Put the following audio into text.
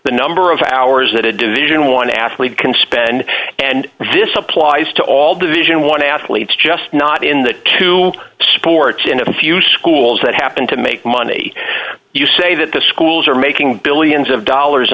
the number of hours that a division one athlete can spend and this applies to all division one athletes just not in that two sports in a few schools that happen to make money you say that the schools are making billions of dollars